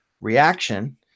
reaction